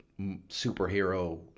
superhero